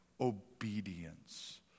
obedience